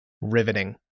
Riveting